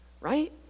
right